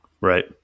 Right